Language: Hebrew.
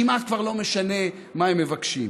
כמעט כבר לא משנה מה הם מבקשים.